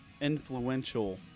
influential